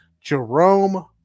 Jerome